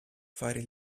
fare